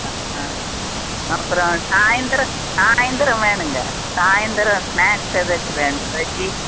அ ஆ அப்புறம் சாயந்திரம் சாயந்திரம் வேணுங்க சாயந்திரம் ஸ்நேக்ஸ் ஏதாச்சும் வேணும் பஜ்ஜி